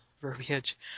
verbiage